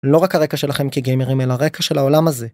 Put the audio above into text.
לא רק הרקע שלכם כגיימרים, אלא רקע של העולם הזה.